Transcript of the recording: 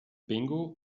bingo